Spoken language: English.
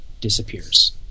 disappears